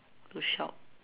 to shop